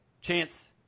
Chance